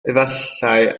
efallai